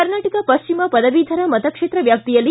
ಕರ್ನಾಟಕ ಪಶ್ಚಿಮ ಪದವೀಧರ ಮತಕ್ಷೇತ್ರ ವ್ಯಾಪ್ತಿಯಲ್ಲಿ